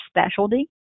specialty